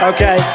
Okay